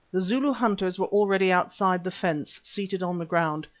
the zulu hunters were already outside the fence, seated on the ground,